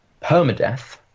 permadeath